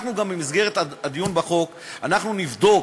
במסגרת הדיון בחוק אנחנו נבדוק,